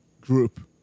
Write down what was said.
group